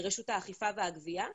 רשות האכיפה והגבייה,